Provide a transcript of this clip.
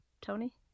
Tony